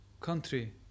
country